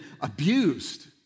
abused